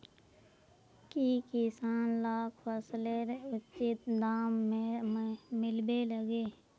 की किसान लाक फसलेर उचित दाम मिलबे लगे?